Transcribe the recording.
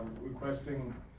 requesting